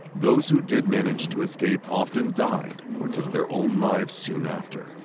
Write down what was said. those who did manage to escape often died or took their own lives soon after.